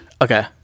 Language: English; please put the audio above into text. Okay